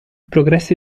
progressi